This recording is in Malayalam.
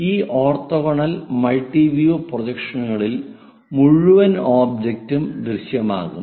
ഈ ഓർത്തോഗണൽ മൾട്ടി വ്യൂ പ്രൊജക്ഷനുകളിൽ മുഴുവൻ ഒബ്ജക്റ്റും ദൃശ്യമാകും